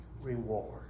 reward